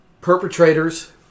perpetrators